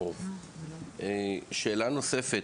שאלה נוספת: